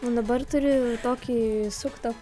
o dabar turiu tokį suktą